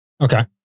Okay